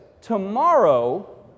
Tomorrow